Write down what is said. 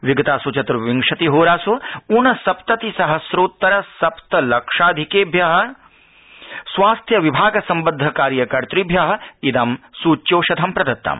विगतचतुर्विशंतिहोरासु उनसप्ततिसहस्रोत्तर सप्तलक्षाधिकेभ्य स्वास्थ्यविभागसम्बद्धकार्यकर्तभ्यः इदं प्रदत्तम्